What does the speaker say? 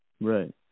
Right